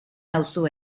nauzu